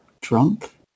drunk